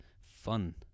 fun